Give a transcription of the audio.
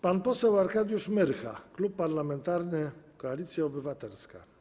Pan poseł Arkadiusz Myrcha, Klub Parlamentarny Koalicja Obywatelska.